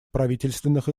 правительственных